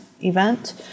event